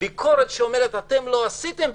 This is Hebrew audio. ביקורת שאומרת: "אתם לא עשיתם,